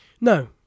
No